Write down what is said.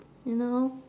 you know